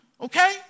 Okay